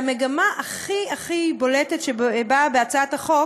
והמגמה הכי הכי בולטת שבאה בהצעת החוק